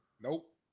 Nope